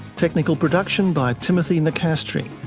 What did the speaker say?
technical production by timothy nicastri,